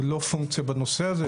הוא לא פונקציה בנושא הזה,